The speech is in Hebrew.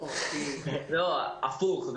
הפוך.